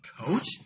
coach